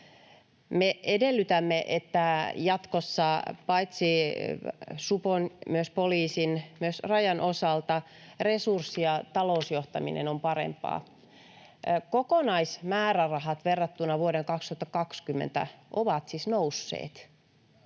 Me edellytämme, että jatkossa paitsi supon myös poliisin ja myös Rajan osalta resurssi- ja talousjohtaminen on parempaa. Kokonaismäärärahat verrattuna vuoteen 2020 ovat siis nousseet.